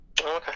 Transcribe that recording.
Okay